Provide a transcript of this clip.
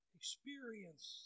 experience